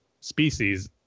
species